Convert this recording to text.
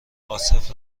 عاصف